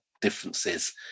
differences